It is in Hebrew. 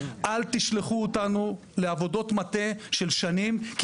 אל תשלחו אותנו לעבודות מטה של שנים.